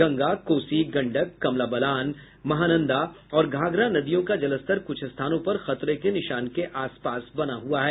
गंगा कोसी गंडक कमला बलान महानंदा और घाघरा नदियों का जलस्तर कुछ स्थानों पर खतरे के निशान के आसपास बना हुआ है